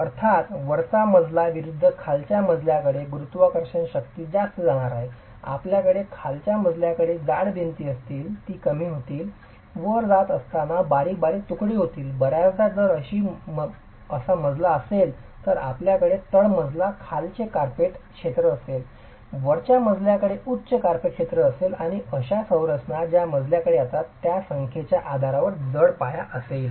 अर्थात वरच्या मजला विरूद्ध खालच्या मजलाकडे गुरुत्वाकर्षण शक्ती जास्त असणार आहेत आपल्याकडे खालच्या मजलाकडे जाड भिंती असतील ती कमी होईल वर जात असताना बारीक बारीक तुकडे होईल बर्याचदा जर अशी मजला असेल तर आपल्याकडे तळमजला खालचे कार्पेट क्षेत्र असेल वरच्या मजलाकडे उच्च कार्पेट क्षेत्र असेल आणि अशा संरचना ज्या मजलाकडे जातात त्या संख्येच्या आधारावर जड पाया असेल